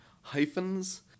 hyphens